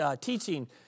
teaching